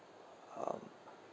um